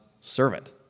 servant